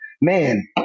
man